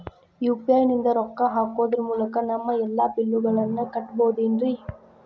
UPI ನಿಂದ ರೊಕ್ಕ ಹಾಕೋದರ ಮೂಲಕ ನಮ್ಮ ಎಲ್ಲ ಬಿಲ್ಲುಗಳನ್ನ ಕಟ್ಟಬಹುದೇನ್ರಿ?